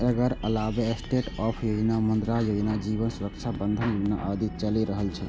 एकर अलावे स्टैंडअप योजना, मुद्रा योजना, जीवन सुरक्षा बंधन योजना आदि चलि रहल छै